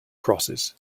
crosses